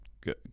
Good